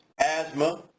asthma,